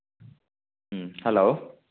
ꯎꯝ hello